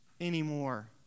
anymore